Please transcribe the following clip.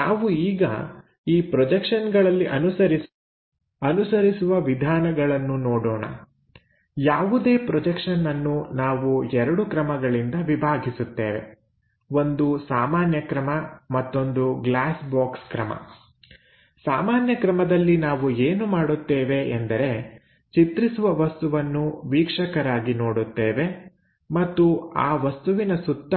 ನಾವು ಈಗ ಈ ಪ್ರೊಜೆಕ್ಷನ್ಗಳಲ್ಲಿ ಅನುಸರಿಸುವ ವಿಧಾನಗಳನ್ನು ನೋಡೋಣ ಯಾವುದೇ ಪ್ರೊಜೆಕ್ಷನ್ಅನ್ನು ನಾವು ಎರಡು ಕ್ರಮಗಳಿಂದ ವಿಭಾಗಿಸುತ್ತೇವೆ ಒಂದು ಸಾಮಾನ್ಯ ಕ್ರಮ ಮತ್ತೊಂದು ಗ್ಲಾಸ್ ಬಾಕ್ಸ್ ಕ್ರಮ ಸಾಮಾನ್ಯ ಕ್ರಮದಲ್ಲಿ ನಾವು ಏನು ಮಾಡುತ್ತೇವೆ ಎಂದರೆ ಚಿತ್ರಿಸುವ ವಸ್ತುವನ್ನು ವೀಕ್ಷಕರಾಗಿ ನೋಡುತ್ತೇವೆ ಮತ್ತು ಆ ವಸ್ತುವಿನ ಸುತ್ತ